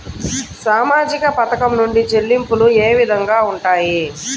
సామాజిక పథకం నుండి చెల్లింపులు ఏ విధంగా ఉంటాయి?